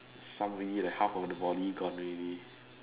somebody like half of the body gone already